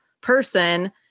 person